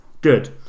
good